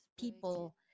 people